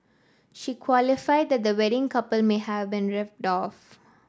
she qualified that the wedding couple may have been ripped off